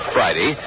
Friday